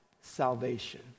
salvation